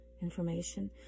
information